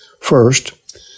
First